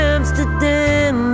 Amsterdam